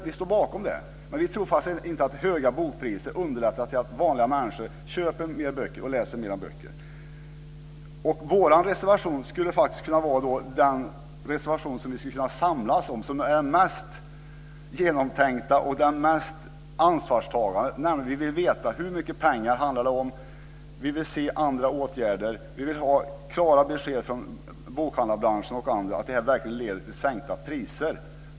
Vi står bakom det, men vi tror faktiskt inte att höga bokpriser underlättar för vanliga människor att köpa och läsa mer böcker. Vår reservation skulle faktiskt kunna vara den reservation som vi skulle kunna samlas kring, som är mest genomtänkt och mest ansvarstagande. Vi vill veta hur mycket pengar det handlar om. Vi vill se andra åtgärder. Vi vill ha klara besked från bokhandlarbranschen och andra om att detta verkligen leder till sänkta priser.